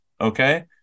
Okay